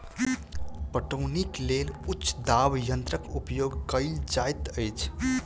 पटौनीक लेल उच्च दाब यंत्रक उपयोग कयल जाइत अछि